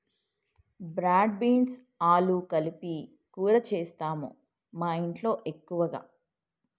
broad beans ఆలు కలిపి కూర చేస్తాము మాఇంట్లో ఎక్కువగా